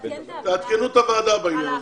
תעדכנו את הוועדה בעניין הזה.